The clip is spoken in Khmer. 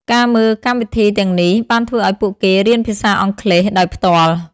ការមើលកម្មវិធីទាំងនេះបានធ្វើឱ្យពួកគេរៀនភាសាអង់គ្លេសដោយផ្ទាល់។